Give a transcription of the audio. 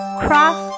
cross